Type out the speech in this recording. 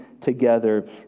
together